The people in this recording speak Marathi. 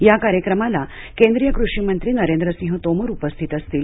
या कार्यक्रमाला केंद्रीय कृषी मंत्री नरेंद्रसिंह तोमर उपस्थित असतील